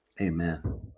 Amen